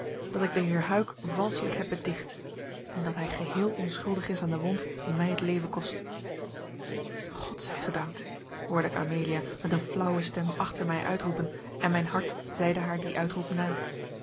dat ik den heer huyck valschelijk heb beticht en dat hij geheel onschuldig is aan de wond die mij het leven kost god zij gedankt hoorde ik amelia met een flauwe stem achter mij uitroepen en mijn hart zeide haar dien uitroep na